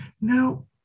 Now